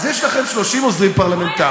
אז יש לכם 30 עוזרים פרלמנטריים.